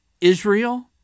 Israel